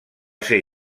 ser